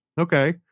Okay